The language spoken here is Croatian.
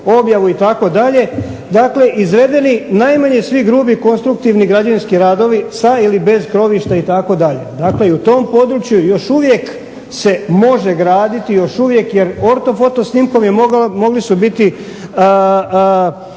objavu itd. Dakle, izvedeni najmanje svi grubi konstruktivni građevinski radovi sa ili bez krovišta itd. Dakle, i u tom području još uvijek se može graditi, još uvijek jer ortofoto snimkom mogli su biti